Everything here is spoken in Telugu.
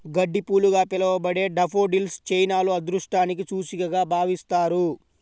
గడ్డిపూలుగా పిలవబడే డాఫోడిల్స్ చైనాలో అదృష్టానికి సూచికగా భావిస్తారు